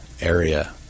area